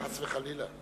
חס וחלילה.